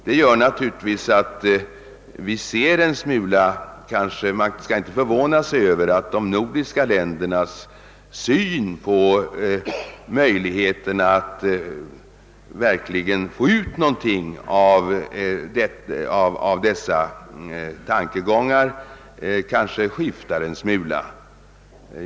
Under sådana förhållanden är det naturligtvis inte förvånande att de nordiska ländernas syn på möjligheterna att verkligen få ut något av dessa tankegångar är en smula skiftande.